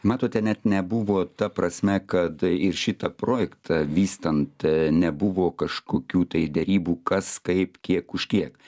matote net nebuvo ta prasme kad ir šitą projektą vystant nebuvo kažkokių tai derybų kas kaip kiek už kiek